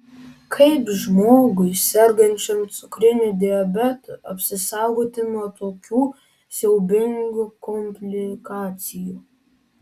kaip žmogui sergančiam cukriniu diabetu apsisaugoti nuo tokių siaubingų komplikacijų